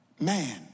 Man